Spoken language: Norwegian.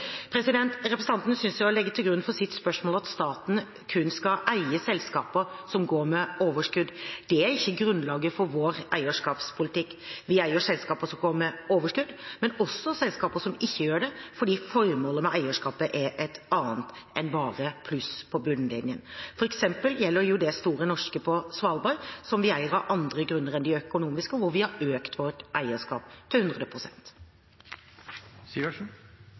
Representanten synes å legge til grunn for sitt spørsmål at staten kun skal eie selskaper som går med overskudd. Det er ikke grunnlaget for vår eierskapspolitikk. Vi eier selskaper som går med overskudd, men også selskaper som ikke gjør det, fordi formålet med eierskapet er et annet enn bare pluss på bunnlinjen. For eksempel gjelder det Store Norske på Svalbard, som vi eier av andre grunner enn de økonomiske, og hvor vi har økt vårt eierskap til